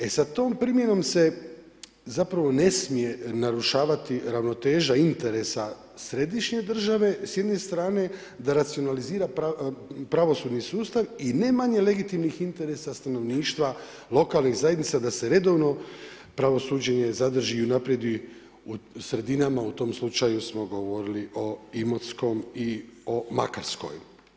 E sa tom primjenom se ne smije narušavati ravnoteža interesa središnje države s jedne strane da racionalizira pravosudni sustav i ne manje legitimnih interesa stanovništva lokalnih zajednica da se redovno pravo suđenje zadrži i napreduje u sredinama u tom slučaju smo govorili o Imotskom i o Makarskoj.